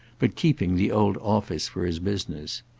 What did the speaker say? but keeping the old office for his business.